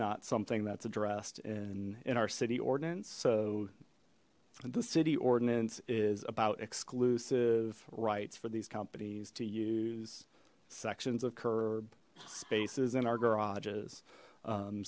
not something that's addressed in in our city ordinance so the city ordinance is about exclusive rights for these companies to use sections of curb spaces in our garage